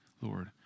Lord